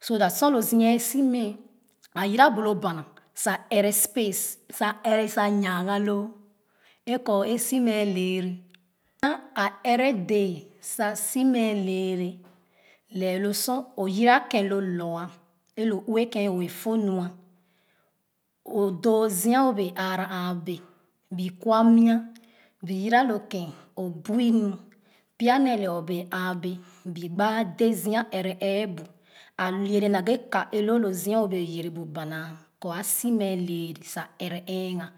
so that sor lozia a si mɛɛ ayere bu lo bana sa ɛrɛ space a ɛrɛ sa yangahoo ekɔ esomɛɛ lɛɛrɛ tan a ɛrɛ dee simɛɛ leɛrɛ lɛh lo sor o yere ken lo lor e-lo ue ke'n o bee fo nɔ'a o doo zia o bee ààra àà bee bi kwa miia bi yere lo ken bui mu pya nee ne <> bee āā bee gba de zia ɛrɛ ɛɛbu a yere naghe ka ewo lo zia o bee yere bu bana kɔ a so mɛɛ leele sa ɛrɛ ɛghɛ.